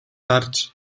дарж